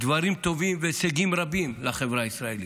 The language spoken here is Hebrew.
דברים טובים והישגים רבים לחברה הישראלית.